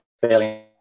failing